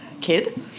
Kid